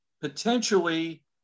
potentially